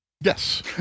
Yes